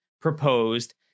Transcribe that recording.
proposed